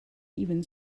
even